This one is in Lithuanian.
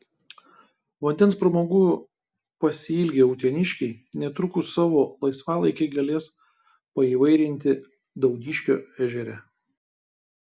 vandens pramogų pasiilgę uteniškiai netrukus savo laisvalaikį galės paįvairinti dauniškio ežere